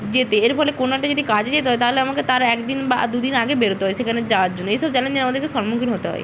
যেতে এর ফলে কোনো একটা যদি কাজে যেতে হয় তাহলে আমাকে তার এক দিন বা দু দিন আগে বেরোতে হয় সেখানে যাওয়ার জন্য এইসব চ্যালেঞ্জের আমাদেরকে সম্মুখীন হতে হয়